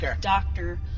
doctor